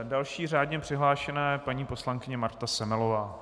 Další řádně přihlášená je paní poslankyně Marta Semelová.